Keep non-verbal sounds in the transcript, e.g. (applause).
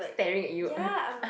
staring at you (laughs)